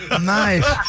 Nice